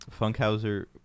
Funkhauser